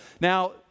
now